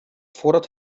voordat